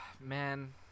Man